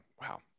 Wow